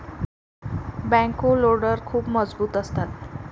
backhoe loader खूप मजबूत असतात